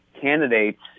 candidates